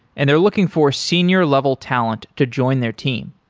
and they're looking for senior level talent to join their team.